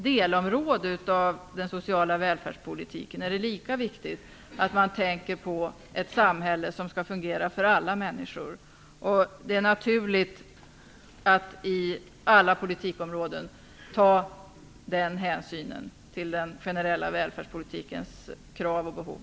Det är lika viktigt att man tänker på att ett samhälle skall fungera för alla människor i varje delområde av den sociala välfärdspolitiken. Inom alla politikområden är det naturligt att ta hänsyn till den generella välfärdspolitikens krav och behov.